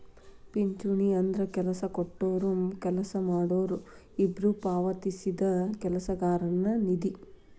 ಪಿಂಚಣಿ ಅಂದ್ರ ಕೆಲ್ಸ ಕೊಟ್ಟೊರು ಕೆಲ್ಸ ಮಾಡೋರು ಇಬ್ಬ್ರು ಪಾವತಿಸಿದ ಕೆಲಸಗಾರನ ನಿಧಿ